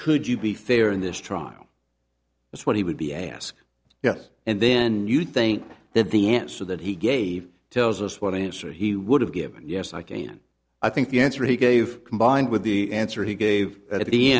could you be fair in this trial that's what he would be asked yes and then you think that the answer that he gave tells us what answer he would have given us again i think the answer he gave combined with the answer he gave